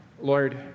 Lord